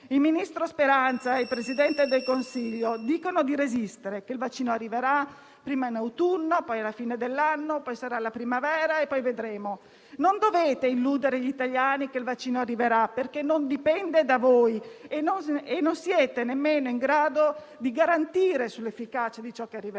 Il ministro Speranza e il Presidente del Consiglio dicono di resistere, che il vaccino arriverà prima in autunno, poi alla fine dell'anno, poi sarà in primavera e poi vedremo. Non dovete illudere gli italiani che il vaccino arriverà, perché non dipende da voi e non siete nemmeno in grado di garantire sull'efficacia di ciò che arriverà.